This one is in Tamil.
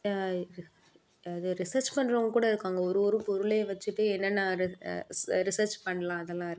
அது அது ரிஸர்ச் பண்ணுறவங்க கூட இருக்காங்க ஒரு ஒரு பொருளை வச்சுட்டு என்னென்ன ரிஸர்ச் பண்ணலாம் அதெல்லாம் இருக்குது